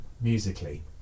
musically